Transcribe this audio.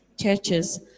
Churches